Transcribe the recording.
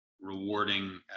rewarding